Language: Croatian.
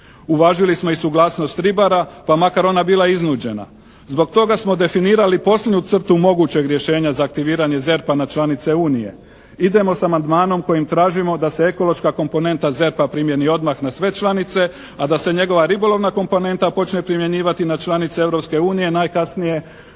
Uvažili smo i suglasnost ribara pa makar ona bila iznuđena. Zbog toga smo definirali posljednju crtu mogućeg rješenja za aktiviranje ZERP-a na članice unije. Idemo sa amandmanom kojim tražimo da se ekološka komponenta ZERP-a primijeni odmah na sve članice a da se njegova ribolovna komponenta počne primjenjivati na članice Europske unije